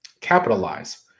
capitalize